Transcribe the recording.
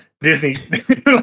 Disney